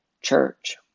church